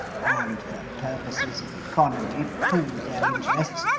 and, for purposes of economy, pooled their interests,